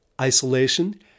isolation